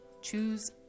choose